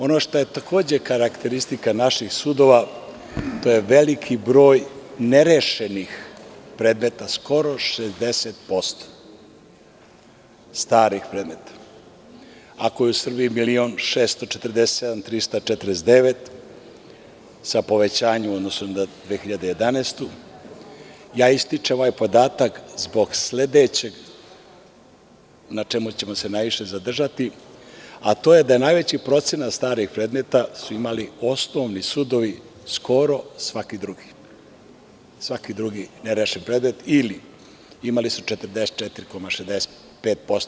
Ono što je takođe karakteristika naših sudova, to je veliki broj nerešenih predmeta, skoro 60% starih predmeta, ako je u Srbiji 1.647.349, sa povećanjem u odnosu na 2011. godinu, ističem ovaj podatak zbog sledećeg, na čemu ćemo se najviše zadržati, a to je da su najveći procenat starih predmeta imali osnovni sudovi, skoro svaki drugi nerešen predmet ili imali su 44,65%